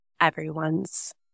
everyone's